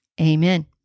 Amen